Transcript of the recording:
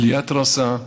בלי התרסה,